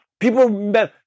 People